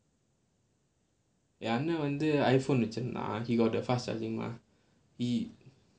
என் அண்ணன்:en annan iPhone வச்சிருந்தான்:vachchirunthaan he got the fast charging mah he